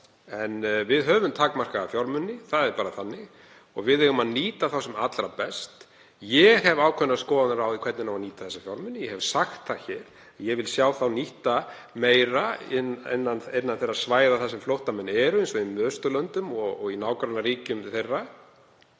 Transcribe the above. En við höfum takmarkaða fjármuni, það er bara þannig, og við eigum að nýta þá sem allra best. Ég hef ákveðnar skoðanir á því hvernig á að nýta þá. Ég hef sagt það hér. Ég vil sjá þá nýtta meira innan þeirra svæða þar sem flóttamenn eru, eins og í Miðausturlöndum og í nágrannaríkjunum, vegna